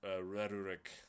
rhetoric